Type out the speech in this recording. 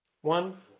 One